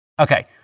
Okay